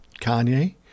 Kanye